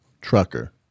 trucker